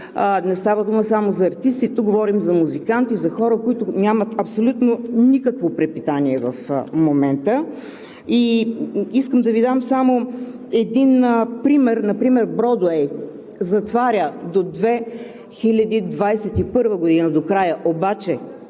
Не става дума само за артисти, тук говорим за музиканти, за хора, които нямат абсолютно никакво препитание в момента. Искам да Ви дам един пример – „Бродуей“ затваря до края 2021 г., но на